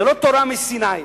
זה לא תורה מסיני,